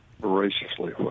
voraciously